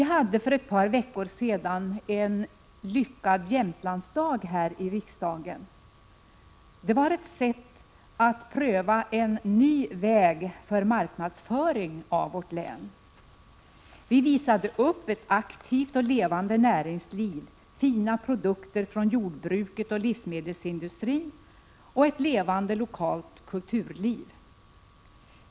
För ett par veckor sedan hade vi en lyckad Jämtlandsdag här i riksdagen. Det var ett sätt att pröva en ny väg för marknadsföring av länet. Vi visade upp ett aktivt och levande näringsliv, fina produkter från jordbruket och livsmedelsindustrin liksom ett levande lokalt kulturliv.